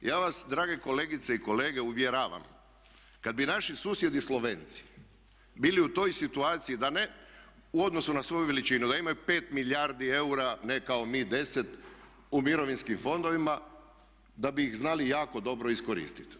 Ja vas drage kolegice i kolege uvjeravam kad bi naši susjedi Slovenci bili u toj situaciji da u odnosu na svoju veličinu da imaju 5 milijardi eura ne kao mi 10 u mirovinskim fondovima da bi ih znali jako dobro iskoristiti.